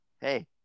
hey